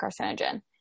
carcinogen